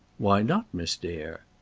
why not, miss dare?